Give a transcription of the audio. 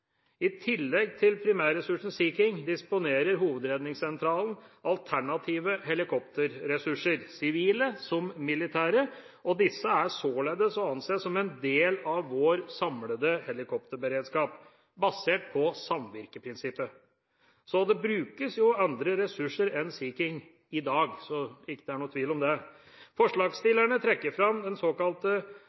I tillegg til primærressursen Sea King disponerer Hovedredningssentralen alternative helikopterressurser, sivile som militære, og disse er således å anse som en del av vår samlede helikopterberedskap, basert på samvirkeprinsippet. Det brukes andre ressurser enn Sea King i dag, så det ikke er noen tvil om det. Forslagsstillerne trekker fram